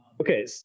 Okay